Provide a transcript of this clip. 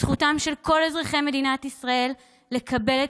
זכותם של כל אזרחי מדינת ישראל לקבל את